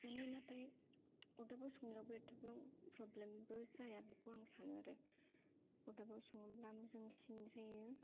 माने नाथाय अरदाबाव संनायावबो एथ'बां प्रब्लेमबो जाया बेखौ आं सानो आरो अरदाबाव सङोब्ला मोजांसिन जायो